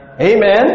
Amen